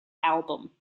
album